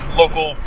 local